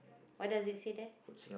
what does it say there